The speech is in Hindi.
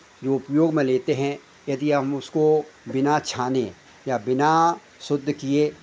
जो उपयोग में लेते हैं यदि हम उसको बिना छाने या बिना शुद्ध किए